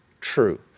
true